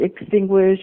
extinguish